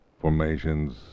formations